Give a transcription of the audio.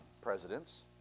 presidents